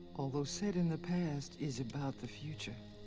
although set in the past, is about the future